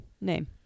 name